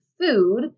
food